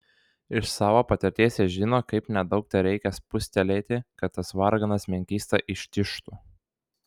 iš savo patirties jie žino kaip nedaug tereikia spustelėti kad tas varganas menkysta ištižtų